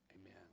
amen